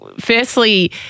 firstly